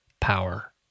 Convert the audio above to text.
power